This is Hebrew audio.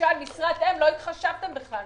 למשל במשרת אם, לא התחשבתם בכלל.